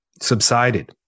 subsided